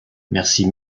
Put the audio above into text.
merci